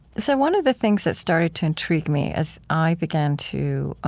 so one of the things that started to intrigue me as i began to,